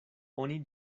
oni